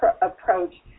approach